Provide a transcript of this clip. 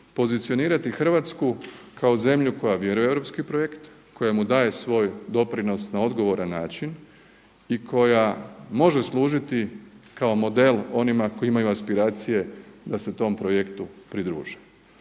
pozicionirati Hrvatsku kao zemlju koja vjeruje u europski projekt, koja mu daje svoj doprinos na odgovoran način i koja može služiti kao model onima koji imaju aspiracije da se tom projektu pridruže.